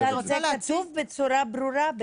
זה כתוב בצורה ברורה.